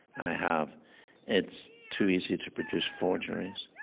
i have it's too easy to produce forgeries.